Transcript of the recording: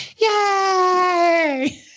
Yay